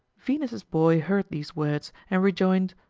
venus's boy heard these words, and rejoined,